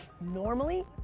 normally